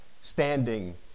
standing